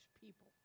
people